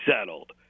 settled